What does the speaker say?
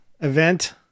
event